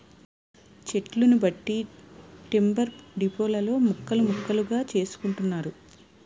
చెట్లను బట్టి టింబర్ డిపోలలో ముక్కలు ముక్కలుగా చేసుకుంటున్నారు